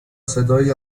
صدای